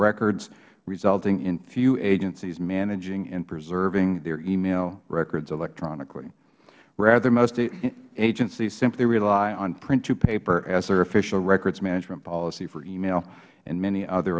records resulting in few agencies managing and preserving their email records electronically rather most agencies simply rely on print to paper as their official records management policy for email and many other